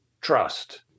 trust